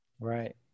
Right